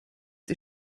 die